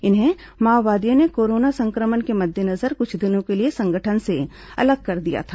इन्हें माओवादियों ने कोरोना संक्रमण के मद्देनजर कुछ दिनों के लिए संगठन से अलग कर दिया था